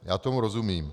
Já tomu rozumím.